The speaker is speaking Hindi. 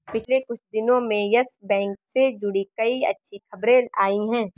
पिछले कुछ दिनो में यस बैंक से जुड़ी कई अच्छी खबरें आई हैं